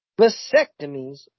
vasectomies